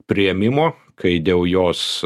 priėmimo kai dėl jos